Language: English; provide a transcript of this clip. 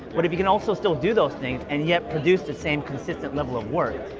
but if you can also still do those things and yet produce the same consistent level of work,